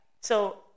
So-